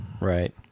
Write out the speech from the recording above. right